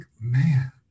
man